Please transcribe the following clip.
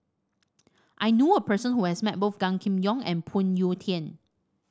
I knew a person who has met both Gan Kim Yong and Phoon Yew Tien